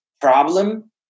Problem